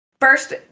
first